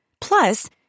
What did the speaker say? Plus